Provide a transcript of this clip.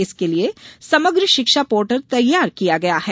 इसके लिये समग्र शिक्षा पोर्टल तैयार किया गया है